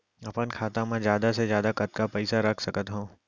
अपन खाता मा जादा से जादा कतका पइसा रख सकत हव?